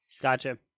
Gotcha